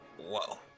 whoa